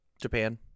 Japan